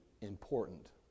important